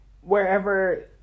wherever